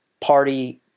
party